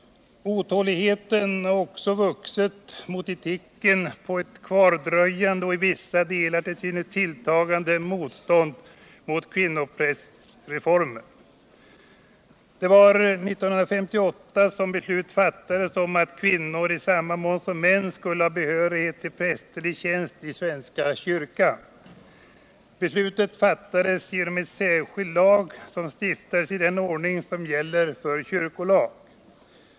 Otåligheten har också vuxit mot de tecken på ett kvardröjande och i vissa delar till synes tilltagande motstånd mot kvinnoprästreformen. Det var 1958 som beslut fattades om att kvinnor i samma mån som män skulle ha behörighet till prästerlig tjänst i svenska kyrkan. Beslutet fattades genom en särskild lag, som stiftades i den ordning som gäller för kyrkolag.